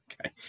Okay